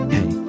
Hey